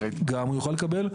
גם הוא יוכל לקבל.